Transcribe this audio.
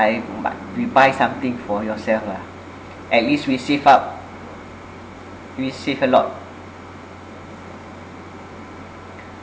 I will buy we buy something for yourself lah at least we save up we save a lot